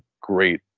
great